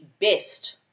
best